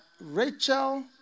Rachel